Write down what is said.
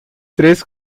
três